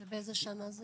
ובאיזו שנה זה